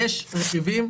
יש רכיבים,